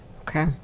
Okay